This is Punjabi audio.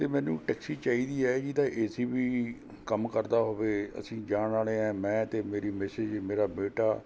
ਅਤੇ ਮੈਨੂੰ ਟੈਕਸੀ ਚਾਹੀਦੀ ਹੈ ਜਿਹਦਾ ਏ ਸੀ ਵੀ ਕੰਮ ਕਰਦਾ ਹੋਵੇ ਅਸੀਂ ਜਾਣ ਵਾਲੇ ਹਾਂ ਮੈਂ ਅਤੇ ਮੇਰੀ ਮਿਸਿਜ ਮੇਰਾ ਬੇਟਾ